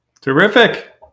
Terrific